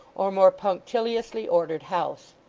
or more punctiliously ordered house,